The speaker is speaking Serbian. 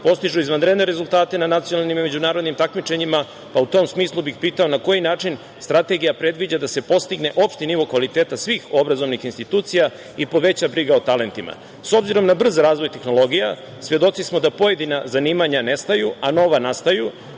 postižu izvanredne rezultate na nacionalnim i međunarodnim takmičenjima, pa u tom smislu bih pitao – na koji način Strategija predviđa da se postigne opšti nivo kvaliteta svih obrazovnih institucija i poveća briga o talentima?S obzirom na brz razvoj tehnologija svedoci smo da pojedina zanimanja nestaju, a nova nastaju.